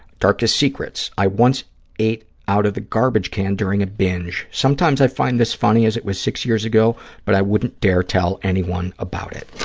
darkest secrets. i once ate out of the garbage can during a binge. sometimes i find this funny, as it was six years ago, but i wouldn't dare tell anyone about it.